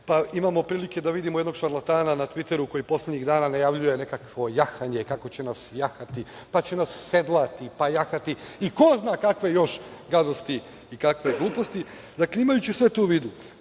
ne. Imamo prilike da vidimo jednog šarlatana na „Tviteru“ koji poslednjih dana najavljuje nekakvo jahanje, kako će nas jahati, pa će nas sedlati, pa jahati i ko zna kakve još gadosti i kakve gluposti. Dakle, imajući sve to u vidu,